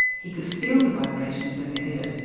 he could feel the vibrations when they did it,